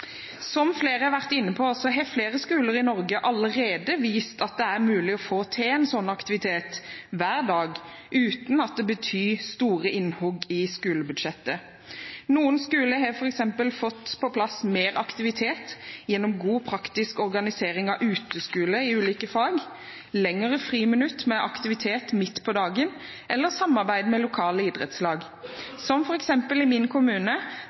Som flere har vært inne på, har flere skoler i Norge allerede vist at det er mulig å få til en slik aktivitet, hver dag, uten at det betyr store innhogg i skolebudsjettet. Noen skoler har f.eks. fått på plass mer aktivitet gjennom god praktisk organisering av uteskole i ulike fag, lengre friminutt med aktivitet midt på dagen eller samarbeid med lokale idrettslag – som f.eks. i min